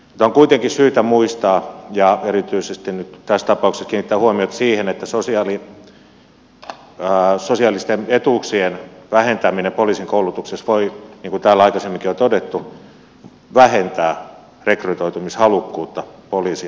on kuitenkin syytä muistaa ja erityisesti nyt tässä tapauksessa kiinnittää huomiota siihen että sosiaalisten etuuksien vähentäminen poliisin koulutuksessa voi niin kuin täällä aikaisemminkin on todettu vähentää rekrytoitumishalukkuutta poliisin ammattiin